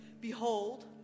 Behold